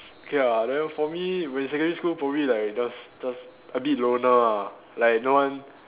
ya then for me basically school probably like just just a bit loner ah like no one